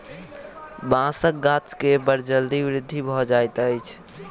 बांसक गाछ के बड़ जल्दी वृद्धि भ जाइत अछि